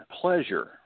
pleasure